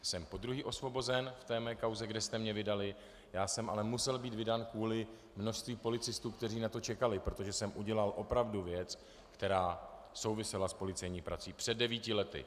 Jsem podruhé osvobozen ve své kauze, kde jste mě vydali, já jsem ale musel být vydán kvůli množství policistů, kteří na to čekali, protože jsem udělal opravdu věc, která souvisela s policejní prací, před devíti lety.